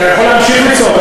אתה יכול להמשיך לצעוק,